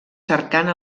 cercant